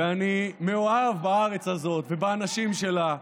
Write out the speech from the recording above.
ואני מאוהב בארץ הזאת ובאנשים שלה.